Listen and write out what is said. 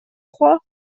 trois